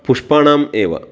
पुष्पाणाम् एव